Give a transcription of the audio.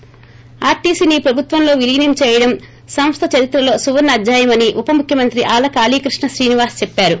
ి ఆర్టీసీని ప్రభుత్వంలో విలీనం చేయడం సంస్థ చరిత్రలో సువర్ణ అధ్యాయమని ఉప ముఖ్యమంత్రి ఆళ్ళ కాళీకృష్ణ శ్రీనివాస్ చెప్పారు